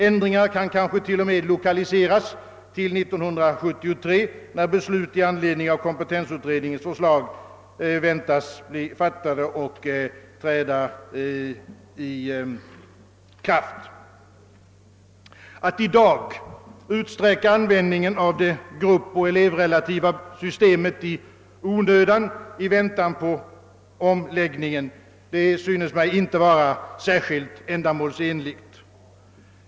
Ändringarna kan t.o.m. tidfästas till 1973, när beslut i anledning av kompetensutredningens förslag väntas bli fattat och träda i kraft. Att i dag utsträcka användningen av det gruppoch elevrelativa systemet i onödan i väntan på omläggningen synes mig inte vara särskilt ändamålsenligt.